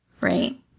right